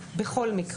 כן, זה הבנתי.